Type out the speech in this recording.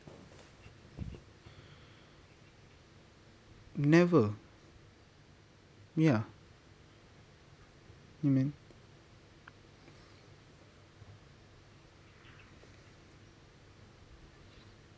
never ya you mean